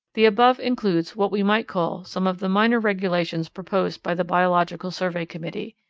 the above includes what we might call some of the minor regulations proposed by the biological survey committee.